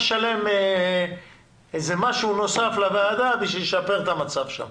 לשלם משהו נוסף לוועדה כדי לשפר את המצב שם.